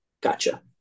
gotcha